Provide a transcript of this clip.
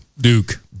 Duke